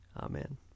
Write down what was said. Amen